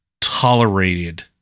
tolerated